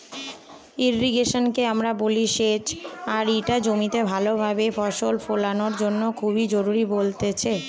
irrigation কে আমরা বলি সেচ আর ইটা জমিতে ভালো ভাবে ফসল ফোলানোর জন্য খুবই জরুরি বলতেছে